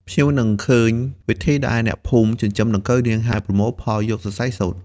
ភ្ញៀវនឹងឃើញវិធីដែលអ្នកភូមិចិញ្ចឹមដង្កូវនាង ហើយប្រមូលផលយកសរសៃសូត្រ។